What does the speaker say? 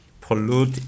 pollute